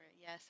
Yes